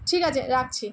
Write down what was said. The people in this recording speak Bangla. ঠিক আছে রাখছি